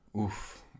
oof